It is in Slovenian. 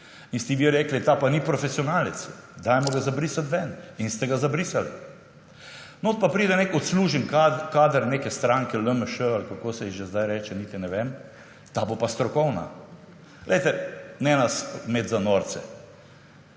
in ste vi rekli, ta pa ni profesionalec, dajmo ga zabrisati en. In ste ga zabrisali. No, pa pride nek odslužen kader neke stranke LMŠ, ali kako se ji že zdaj reče, niti ne vem, ta bo pa strokovna. Lejte, ne nas imeti za norce.